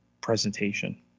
presentation